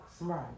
Right